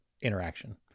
interaction